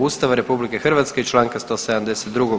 Ustava RH i Članka 172.